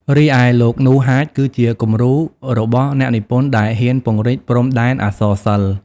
រីឯលោក នូ ហាច គឺជាគំរូរបស់អ្នកនិពន្ធដែលហ៊ានពង្រីកព្រំដែនអក្សរសិល្ប៍។